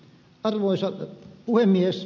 arvoisa puhemies